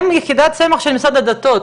הם יחידת סמך של משרד הדתות,